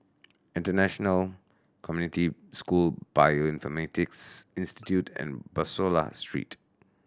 International Community School Bioinformatics Institute and Bussorah Street